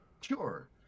Sure